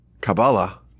Kabbalah